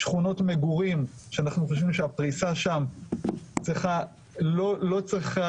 שכונות מגורים שאנחנו חושבים שהפריסה שם לא צריכה